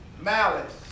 malice